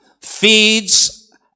feeds